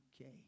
Okay